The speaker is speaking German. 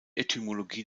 etymologie